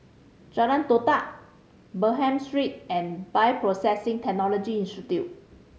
Jalan Todak Bernam Street and Bioprocessing Technology Institute